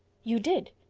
you did!